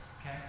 Okay